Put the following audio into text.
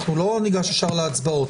אנחנו לא ניגש ישר להצבעות.